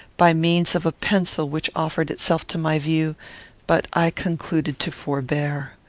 by means of a pencil which offered itself to my view but i concluded to forbear.